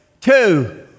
two